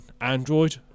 Android